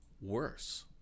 worse